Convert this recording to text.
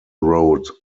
wrote